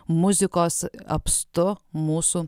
muzikos apstu mūsų